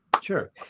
Sure